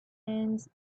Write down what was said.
hands